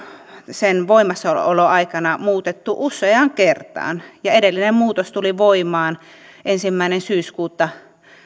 sen voimassaoloaikana muutettu useaan kertaan ja edellinen muutos tuli voimaan ensimmäinen syyskuuta